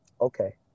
okay